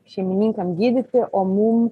šeimininkam gydyti o mum